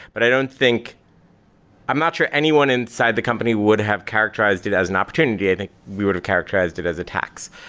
but i don't think i'm not sure anyone inside the company would have characterized it as an opportunity. i think we would have characterized it as attacks.